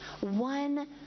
one